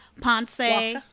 ponce